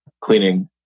cleaning